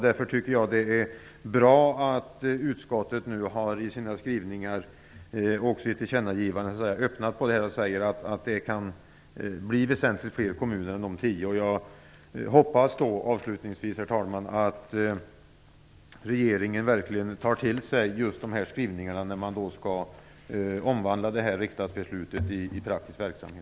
Därför tycker jag att det är bra att utskottet nu i sina skrivningar öppnat detta och sagt att det kan bli väsentligt fler kommuner än de föreslagna tio. Jag hoppas avslutningsvis att regeringen verkligen tar till sig just dessa skrivningar när man skall omvandla detta riksdagsbeslut till praktisk verksamhet.